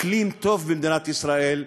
אקלים טוב במדינת ישראל,